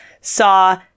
saw